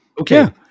Okay